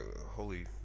holy